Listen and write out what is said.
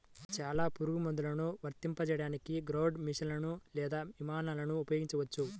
చాలా పురుగుమందులను వర్తింపజేయడానికి గ్రౌండ్ మెషీన్లు లేదా విమానాలను ఉపయోగించవచ్చు